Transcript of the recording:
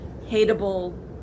hateable